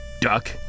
duck